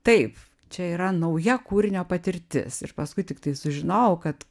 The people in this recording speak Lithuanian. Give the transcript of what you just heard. taip čia yra nauja kūrinio patirtis ir paskui tiktai sužinojau kad